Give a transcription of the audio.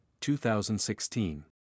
2016